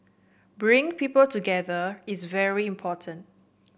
bringing people together is very important